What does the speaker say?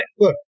look